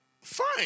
Fine